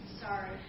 sorry